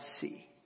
see